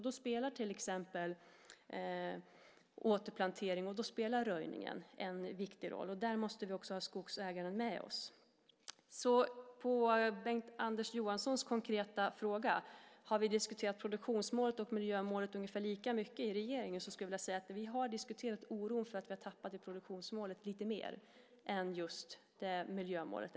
Då spelar till exempel återplanteringen och röjningen en viktig roll. Där måste vi också ha skogsägaren med oss. På Bengt-Anders Johanssons konkreta fråga, om vi har diskuterat produktionsmålet och miljömålet ungefär lika mycket i regeringen, kan jag säga att vi har diskuterat oron för att vi har tappat lite mer i produktionsmålet än i miljömålet.